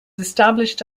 established